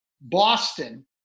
Boston